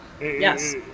Yes